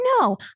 No